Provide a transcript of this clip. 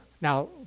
Now